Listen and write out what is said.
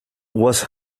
was